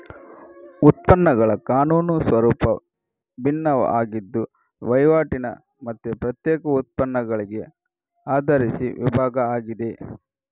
ಉತ್ಪನ್ನಗಳ ಕಾನೂನು ಸ್ವರೂಪ ಭಿನ್ನ ಆಗಿದ್ದು ವೈವಾಟಿನ ಮತ್ತೆ ಪ್ರತ್ಯಕ್ಷ ಉತ್ಪನ್ನಗಳಿಗೆ ಆಧರಿಸಿ ವಿಭಾಗ ಆಗಿದೆ